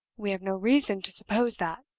we have no reason to suppose that,